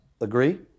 Agree